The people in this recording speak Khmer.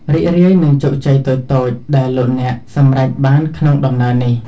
រីករាយនឹងជោគជ័យតូចៗដែលលោកអ្នកសម្រេចបានក្នុងដំណើរនេះ។